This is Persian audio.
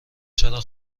چرا